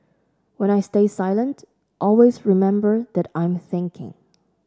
when I stay silent always remember that I'm thinking